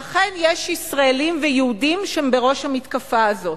ואכן, יש ישראלים ויהודים שהם בראש המתקפה הזאת,